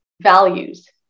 values